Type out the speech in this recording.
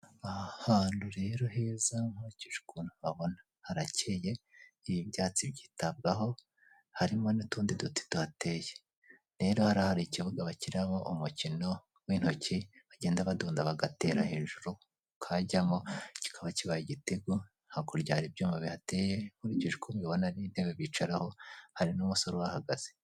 Ni ahantu rero heza nkurikije ukuntu mpabona harakeye ibyatsi byitabwaho, harimo n'utundi duti tuhateye. Rero hariya hari ikibuga bakiniramo umukino w'intoki bagenda badunda bagatera hejuru kajyamo kikaba kibaye igitego, hakurya hari ibyuma bihateye nkurikije uko mbibona n'intebe bicaraho hari n'umusore uhahagaze.